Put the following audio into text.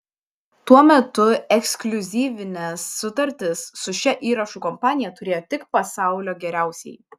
tuo metu ekskliuzyvines sutartis su šia įrašų kompanija turėjo tik pasaulio geriausieji